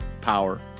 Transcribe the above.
power